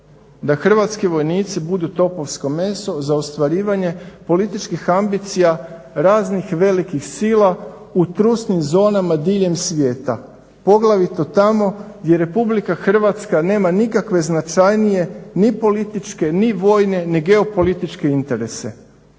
da hrvatski vojnici budu topovsko meso za ostvarivanje političkih ambicija raznih i velikih sila u trusnim zonama diljem svijeta, poglavito tamo gdje RH nema nikakve značajnije ni političke ni vojne ni geopolitičke interese.